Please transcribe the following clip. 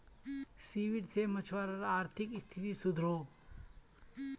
seaweed से मछुवारार अआर्थिक स्तिथि सुधरोह